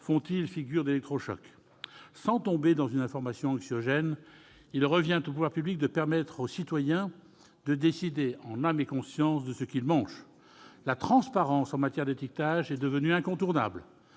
font-ils figure d'électrochocs. Sans tomber dans une information anxiogène, il revient aux pouvoirs publics de permettre au citoyen de décider en âme et conscience de ce qu'il mange. La transparence en matière d'étiquetage est devenue incontournable.